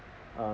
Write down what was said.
um